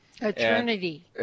eternity